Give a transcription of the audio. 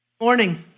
Morning